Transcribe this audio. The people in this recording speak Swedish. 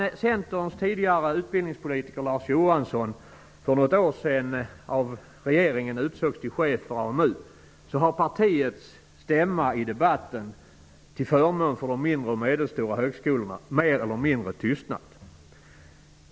Johansson för något år sedan av regeringen utsågs till chef för AMU har partiets stämma i debatten till förmån för de mindre och medelstora högskolorna mer eller mindre tystnat.